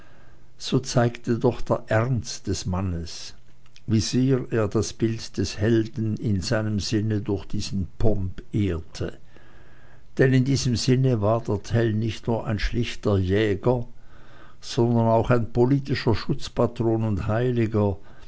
so zeigte doch der ernst des mannes wie sehr er das bild des helden in seinem sinn durch diesen pomp ehrte denn in diesem sinne war der tell nicht nur ein schlichter jäger sondern auch ein politischer schutzpatron und heiliger